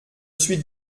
suis